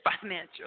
financial